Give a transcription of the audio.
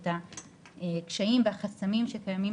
את הקשיים והחסמים שקיימים